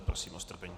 Prosím o strpení.